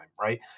right